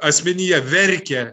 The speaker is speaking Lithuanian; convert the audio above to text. asmenyje verkia